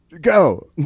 Go